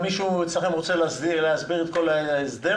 מישהו אצלכם באוצר רוצה להסביר את כל ההסדר?